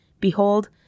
Behold